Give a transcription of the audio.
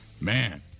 man